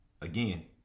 again